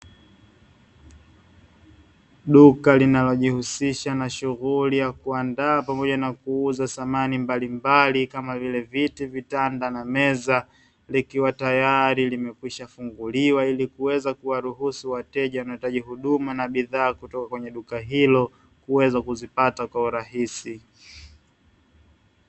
Duka linalojihusisha na shughuli ya kuandaa pamoja na kuuza samani mbalimbali kama vile viti, vitanda na meza likiwa tayari limekwisha funguliwa ili kuweza kuwaruhusu wateja wanao hitaji huduma na bidhaa kutoka kwenye duka hilo kuweza kuzipata kwa urahisi.